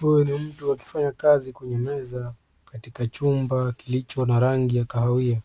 Huyu ni mtu wa akifanya kazi kwenye meza katika chumba kilicho na rangi ya kahawia